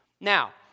Now